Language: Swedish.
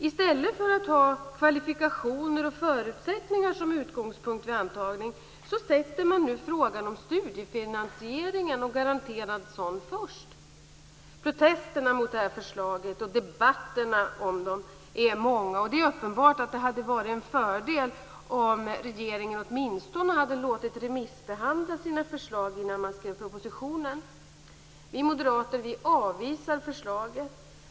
I stället för att ha kvalifikationer och förutsättningar som utgångspunkt vid antagning sätter man nu frågan om garanterad studiefinansiering först. Protesterna mot detta förslag, och debatterna om det, är många. Det är uppenbart att det hade varit en fördel om regeringen åtminstone hade låtit remissbehandla sina förslag innan man skrev propositionen. Vi moderater avvisar förslaget.